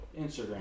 Instagram